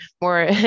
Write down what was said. more